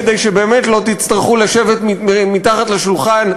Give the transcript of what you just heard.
כדי שבאמת לא תצטרכו לשבת מתחת לשולחן.